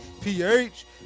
PH